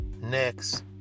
next